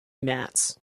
mats